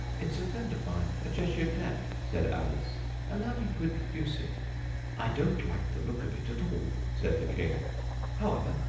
it's a friend of mine a cheshire cat said alice allow me to introduce it i don't like the look of it at all said the king however,